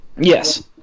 Yes